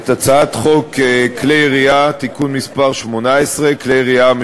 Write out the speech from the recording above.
כל המידע על העמותות,